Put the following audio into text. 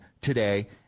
today